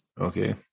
okay